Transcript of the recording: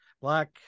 black